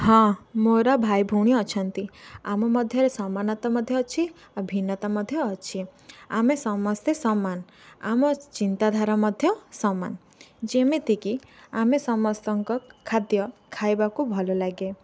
ହଁ ମୋର ଭାଇ ଭଉଣୀ ଅଛନ୍ତି ଆମ ମଧ୍ୟରେ ସମାନତା ମଧ୍ୟ ଅଛି ଆଉ ଭିନ୍ନତା ମଧ୍ୟ ଅଛି ଆମେ ସମସ୍ତେ ସମାନ ଆମ ଚିନ୍ତାଧାରା ମଧ୍ୟ ସମାନ ଯେମିତିକି ଆମେ ସମସ୍ତଙ୍କ ଖାଦ୍ୟ ଖାଇବାକୁ ଭଲ ଲାଗେ